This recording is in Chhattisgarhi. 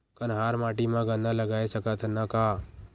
कन्हार माटी म गन्ना लगय सकथ न का?